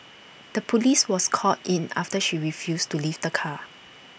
the Police was called in after she refused to leave the car